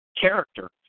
character